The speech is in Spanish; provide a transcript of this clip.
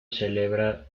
celebra